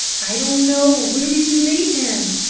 i don't know. where did you leave him?